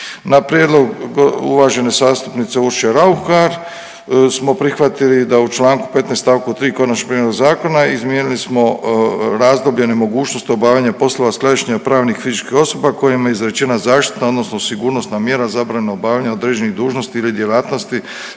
Na prijedlog uvažene zastupnice Urše Raukar smo prihvatili da u članku 15. stavku 3. Konačnog prijedloga zakona izmijenili smo razdoblje nemogućnosti obavljanja poslova … pravnih i fizičkih osoba kojima je izrečena zaštitna odnosno sigurnosna mjera zabrane obavljanja određenih dužnosti ili djelatnosti